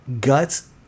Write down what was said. Guts